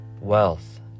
wealth